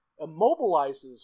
immobilizes